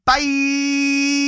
Bye